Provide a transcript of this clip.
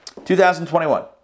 2021